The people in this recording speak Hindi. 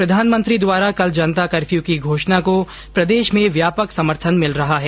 प्रधानमंत्री द्वारा कल जनता कफर्यू की घोषणा को प्रदेश में व्यापक समर्थन मिल रहा है